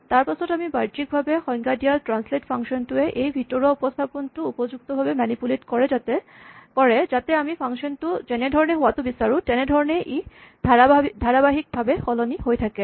তাৰপাচত আমি বাহ্যিকভাৱে সংজ্ঞা দিয়া ট্ৰেন্সলেট ফাংচন টোৱে এই ভিতৰোৱা উপস্হাপনটো উপযুক্তভাৱে মেনিপুলেট কৰে যাতে আমি ফাংচন টো যেনেধৰণৰ হোৱাটো বিচাৰো তেনেধৰণেই ই ধাৰাবাহিকভাৱে সলনি হৈ থাকে